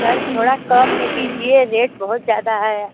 sir थोड़ा कम में दीजिए रेट बहुत ज्यादा है